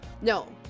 No